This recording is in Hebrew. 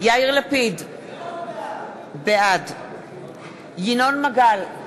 יאיר לפיד, בעד ינון מגל,